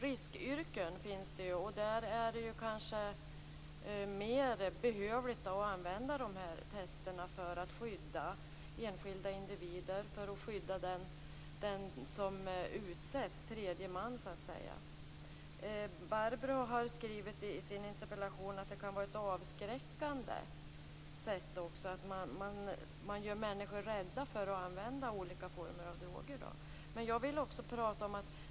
Riskyrken finns det, och där är det kanske mer behövligt att använda testen för att skydda enskilda individer, för att skydda den som utsätts, tredje man. Barbro har skrivit i sin interpellation att det kan vara ett avskräckande sätt. Man gör människor rädda för att använda olika former av droger.